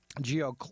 geo